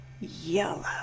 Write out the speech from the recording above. yellow